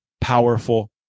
powerful